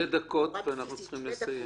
לגבי